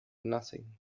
nothing